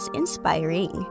inspiring